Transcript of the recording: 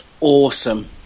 awesome